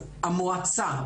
המועצה,